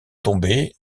tomber